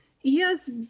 Yes